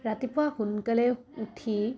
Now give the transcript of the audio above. ৰাতিপুৱা সোনকালে উঠি